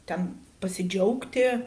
ten pasidžiaugti